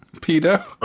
Peter